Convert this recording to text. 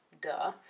Duh